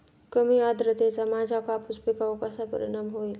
कमी आर्द्रतेचा माझ्या कापूस पिकावर कसा परिणाम होईल?